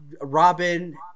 Robin